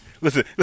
Listen